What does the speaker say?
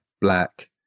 black